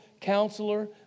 Counselor